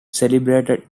celebrated